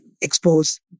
expose